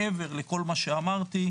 מעבר לכל מה שאמרתי,